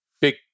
big